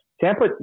Tampa